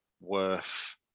worth